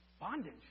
Bondage